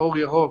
אור ירוק